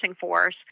force